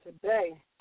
Today